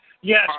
Yes